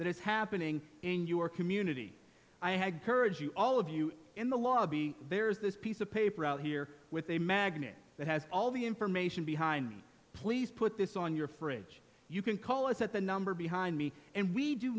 that is happening in your community i had courage to all of you in the lobby there is this piece of paper out here with a magnet that has all the information behind me please put this on your fridge you can call us at the number behind me and we do